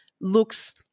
looks